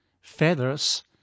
Feathers